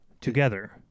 Together